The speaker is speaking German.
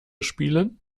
spielen